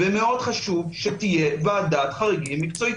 מאוד חשוב שתהיה ועדת חריגים מקצועית.